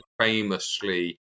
famously